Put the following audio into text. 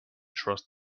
trust